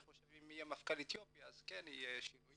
אני חושב שאם יהיה מפכ"ל אתיופי כן יהיה שינוי